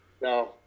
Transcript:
No